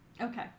Okay